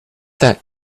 that